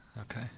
Okay